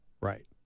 Right